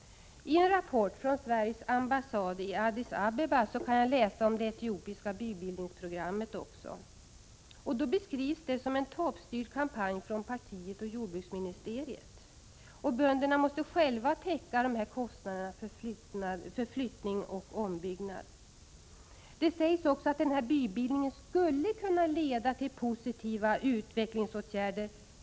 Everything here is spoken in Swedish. I en rapport från Sveriges ambassad i Addis Abeba kan man läsa om det etiopiska bybildningsprogrammet. Det beskrivs som en toppstyrd kampanj från partiets och jordbruksministeriets sida. Bönderna måste själva täcka kostnaderna för flyttning och ombyggnad. Det sägs också att bybildningen skulle kunna leda till positiva utvecklingsåtgärder.